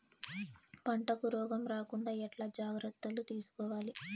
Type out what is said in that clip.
పంటకు రోగం రాకుండా ఎట్లా జాగ్రత్తలు తీసుకోవాలి?